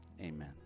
amen